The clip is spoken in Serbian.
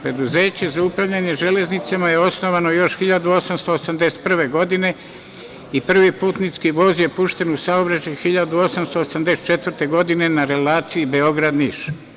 Preduzeće za upravljanje železnicama je osnova još 1881. godine i prvi putnički voz je pušten u saobraćaj 1884. godine na relaciji Beograd – Niš.